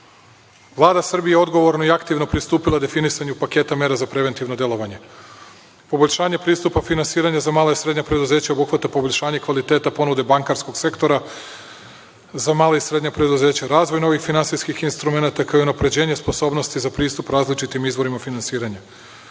Vlada Srbije odgovorno i aktivno je pristupila definisanju paketa mera za preventivno delovanje. Poboljšanje pristupa finansiranju za mala i srednja preduzeća obuhvata poboljšanje kvaliteta ponude bankarskog sektora za mala i srednja preduzeća, razvoj novih finansijskih instrumenata, kao i unapređenjem sposobnosti za pristup različitim izvorima finansiranja.U